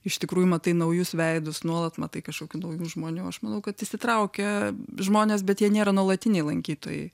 iš tikrųjų matai naujus veidus nuolat matai kažkokių naujų žmonių aš manau kad įsitraukia žmonės bet jie nėra nuolatiniai lankytojai